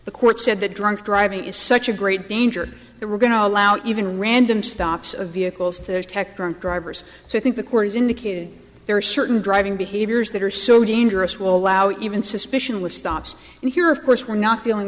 the court said that drunk driving is such a great danger that we're going to allow even random stops of vehicles to detect drunk drivers so i think the court has indicated there are certain driving behaviors that are so dangerous will allow even suspicion which stops and here of course we're not dealing